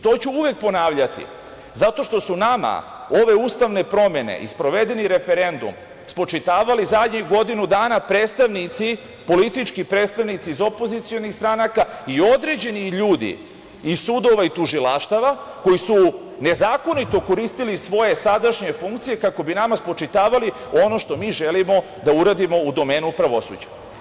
To ću uvek ponavljati zato što su nama ove ustavne promene i sprovedeni referendum spočitavali zadnjih godinu dana predstavnici, politički predstavnici iz opozicionih stranaka i određeni ljudi iz sudova i tužilaštava, koji su nezakonito koristili svoje sadašnje funkcije kako bi nama spočitavali ono što mi želimo da uradimo u domenu pravosuđa.